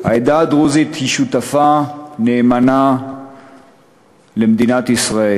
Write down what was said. העדה הדרוזית היא שותפה נאמנה למדינת ישראל,